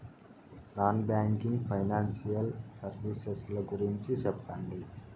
Non banking financial services ల గురించి సెప్పండి?